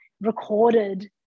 recorded